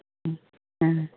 ᱦᱮᱸ